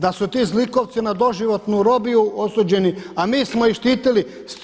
Da su ti zlikovci na doživotnu robiju osuđeni, a mi smo ih štitili.